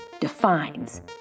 defines